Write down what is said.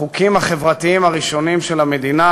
החוקים החברתיים הראשונים של המדינה,